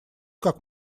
как